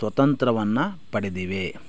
ಸ್ವತಂತ್ರವನ್ನ ಪಡೆದಿವೆ